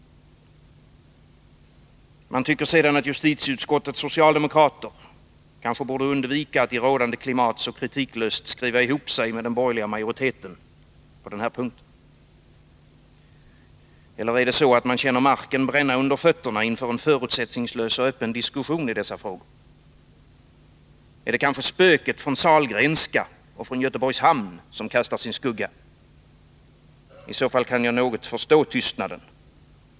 Man tycker sedan att justitieutskottets socialdemokrater kanske borde undvika att i rådande klimat så kritiklöst skriva ihop sig med den borgerliga majoriteten på den här punkten. Eller är det så, att man känner marken bränna under fötterna inför en förutsättningslös och öppen diskussion i dessa frågor? Är det kanske spöket från Sahlgrenska och Göteborgs hamn som kastar sin skugga här? I så fall kan jag något förstå tystnaden.